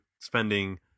spending